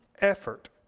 effort